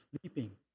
sleeping